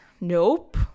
nope